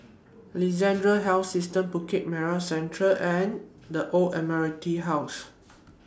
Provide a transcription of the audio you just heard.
Alexandra Health System Bukit Merah Central and The Old Admiralty House